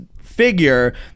figure